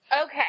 Okay